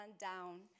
down